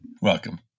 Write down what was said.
Welcome